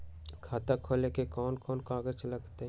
खाता खोले ले कौन कौन कागज लगतै?